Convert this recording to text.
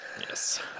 Yes